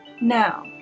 Now